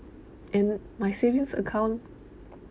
and my savings account